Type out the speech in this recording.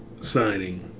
signing –